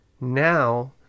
now